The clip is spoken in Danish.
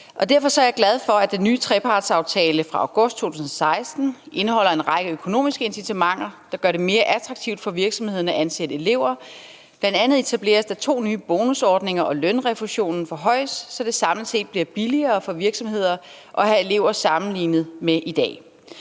derfor er jeg glad for, at den nye trepartsaftale fra august 2016 indeholder en række økonomiske incitamenter, der gør det mere attraktivt for virksomhederne at ansætte elever. Bl.a. etableres der to nye bonusordninger, og lønrefusionen forhøjes, så det samlet set bliver billigere for virksomheder at have elever sammenlignet med i dag.